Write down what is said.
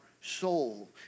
soul